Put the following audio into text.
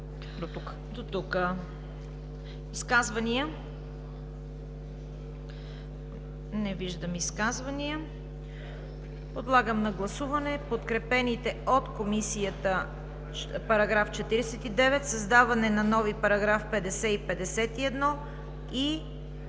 Изказвания? Не виждам изказвания. Подлагам на гласуване подкрепените от Комисията § 49, създаване на нови параграфи 50 и 51 и